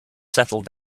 settle